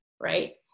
right